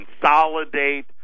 Consolidate